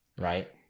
Right